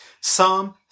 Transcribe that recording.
Psalm